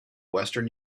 western